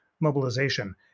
mobilization